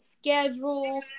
schedule